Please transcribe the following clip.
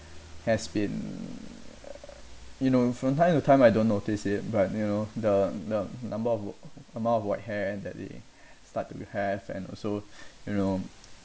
has been you know from time to time I don't notice it but you know the the number of wh~ amount of white hair and that they start to have and also you know